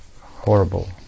horrible